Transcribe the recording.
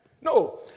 No